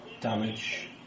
damage